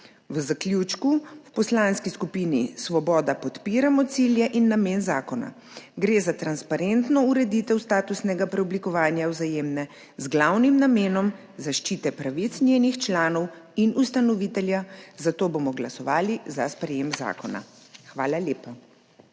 V zaključku v Poslanski skupini Svoboda podpiramo cilje in namen zakona. Gre za transparentno ureditev statusnega preoblikovanja Vzajemne, z glavnim namenom zaščite pravic njenih članov in ustanovitelja, zato bomo glasovali za sprejem zakona. Hvala lepa.